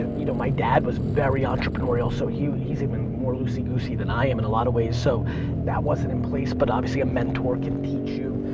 ah you know my dad was very entrepreneurial so he's even more loosey-goosey than i am in a lot of ways so that wasn't in place but obviously a mentor can teach you.